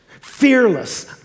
fearless